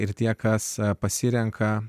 ir tie kas pasirenka